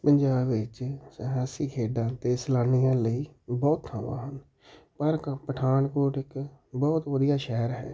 ਪੰਜਾਬ ਵਿੱਚ ਇਤਿਹਾਸਿਕ ਖੇਡਾਂ ਅਤੇ ਸੈਲਾਨੀਆਂ ਲਈ ਬਹੁਤ ਥਾਵਾਂ ਹਨ ਪਰ ਕ ਪਠਾਨਕੋਟ ਇੱਕ ਬਹੁਤ ਵਧੀਆ ਸ਼ਹਿਰ ਹੈ